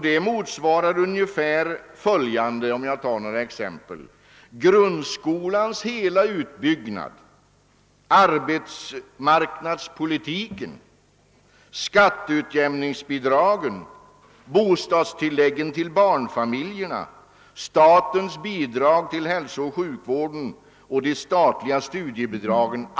Det motsvarar — om jag får anföra några exempel — grundskolans hela utbyggnad, arbetsmarknadspolitiken, skatteutjämningsbidragen, bostadstilläggen till barnfamiljerna, statens bidrag till hälsooch sjukvården samt de statliga studiebidragen.